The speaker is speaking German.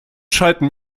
schalten